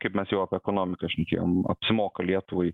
kaip mes jau apie ekonomiką šnekėjom apsimoka lietuvai